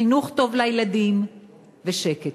חינוך טוב לילדים ושקט.